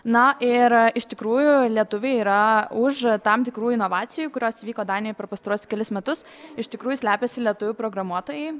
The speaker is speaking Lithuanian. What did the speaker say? na ir iš tikrųjų lietuviai yra užtam tikrų inovacijų kurios vyko danijoj per pastaruosius kelis metus iš tikrųjų slepiasi lietuvių programuotojai